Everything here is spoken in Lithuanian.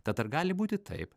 tad ar gali būti taip